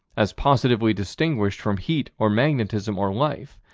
as positively distinguished from heat or magnetism or life.